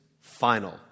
final